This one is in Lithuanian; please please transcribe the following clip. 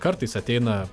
kartais ateina